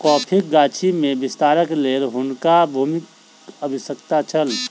कॉफ़ीक गाछी में विस्तारक लेल हुनका भूमिक आवश्यकता छल